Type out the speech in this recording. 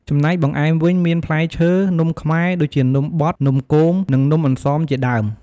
ចំណែកបង្អែមវិញ មានផ្លែឈើ នំខ្មែរ ដូចជានំបត់ នំគម និងនំអន្សមជាដើម។